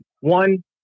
one